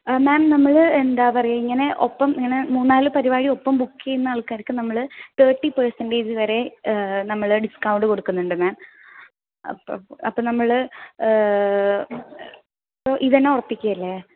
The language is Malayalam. മാം നമ്മൾ എന്താണ് പറയുക ഇങ്ങനെ ഒപ്പം ഇങ്ങനെ മൂന്നാല് പരിപാടി ഒപ്പം ബുക്ക് ചെയ്യുന്ന ആൾക്കാർക്ക് നമ്മൾ തേർട്ടി പെർസെൻറേജ് വരെ നമ്മൾ ഡിസ്കൗണ്ട് കൊടുക്കുന്നുണ്ട് മാം അപ്പം അപ്പം നമ്മൾ ഇതുതന്നെ ഉറപ്പിക്കുവല്ലേ